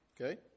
Okay